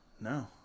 No